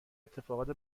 اتفاقات